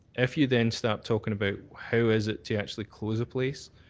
if you then start talking about how is it to actually close a place,